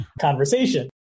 conversation